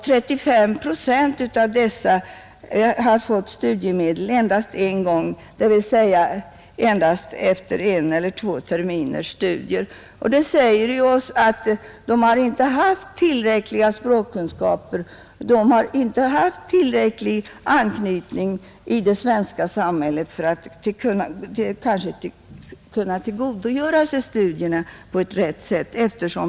35 procent av dessa har fått studiemedel endast en gång, dvs. de har avbrutit sina studier efter en eller två terminer. Det säger oss att de inte haft tillräckliga språkkunskaper och tillräcklig anknytning till det svenska samhället för att kunna tillgodogöra sig studierna på rätt sätt.